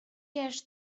яшь